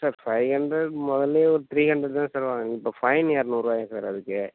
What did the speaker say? sir five hundred முதல்லேயே ஒரு three hundred தானே சார் வாங்குனீங்கள் இப்போ ஃபைன் இருநூறுபாயா சார் அதுக்கு